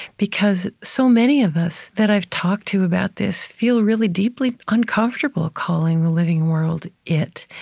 because so many of us that i've talked to about this feel really deeply uncomfortable calling the living world it,